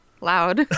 loud